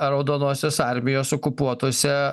raudonosios armijos okupuotose